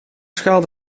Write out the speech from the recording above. schaal